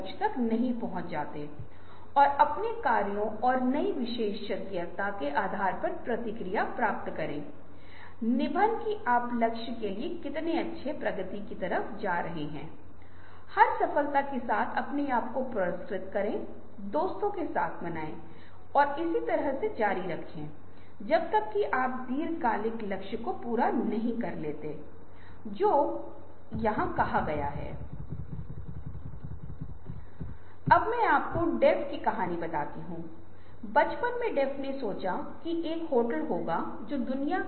वे विचारों को उत्पन्न करेंगे फिर प्रत्येक समूह दस सर्वश्रेष्ठ विचारों का चयन करेगा फिर सभी यह तय करेंगे कि उनके समूह को कौन प्रस्तुत करेगा और सभी तीन या चार समूहों के समूह के नेता कौन होगा वे एक नए समूह की रचना करेंगे